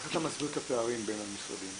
איך אתה מסביר את הפערים בין המשרדים?